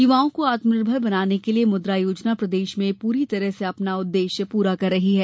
युवाओं को आत्मनिर्भर बनाने के लिये मुद्रा योजना प्रदेश में पूरी तरह से अपना उद्देश्य पूरा कर रही है